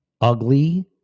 Ugly